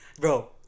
Bro